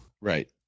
Right